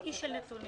אני אי של נתונים.